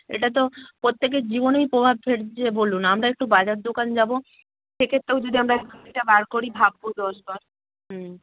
এটা তো প্রত্যেকের জীবনেই প্রভাব ফেলছে বলুন আমরা একটু বাজার দোকান যাব সেক্ষেত্তেও যদি আমরা গাড়িটা বার করি ভাববো দশ বার হুম